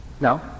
No